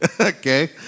okay